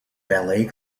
ballet